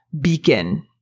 beacon